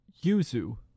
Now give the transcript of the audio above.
Yuzu